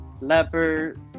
Leopard